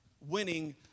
Winning